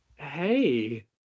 hey